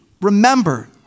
Remember